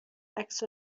عکس